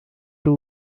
two